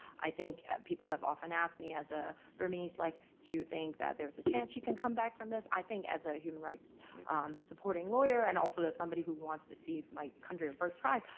i think, people have often asked me as a burmese, like, do you think that there's a chance she can come back from this? i think, as a human rights supporting lawyer, and also as somebody who wants to see my country of birth thrive,